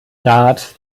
rat